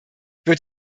wird